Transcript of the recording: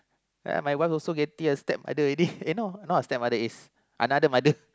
ya my wife also getting a stepmother already eh no not a stepmother is another mother